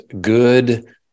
good